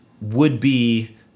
would-be